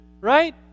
right